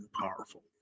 powerful